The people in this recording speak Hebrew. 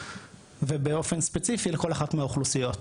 ובאופן ספציפי לכל אחת מהאוכלוסיות.